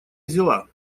взяла